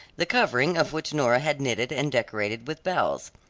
the covering of which nora had knitted and decorated with bells.